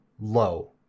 low